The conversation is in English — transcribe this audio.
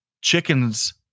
chickens